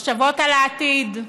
מחשבות על העתיד.